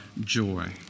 joy